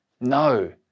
No